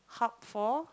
hub for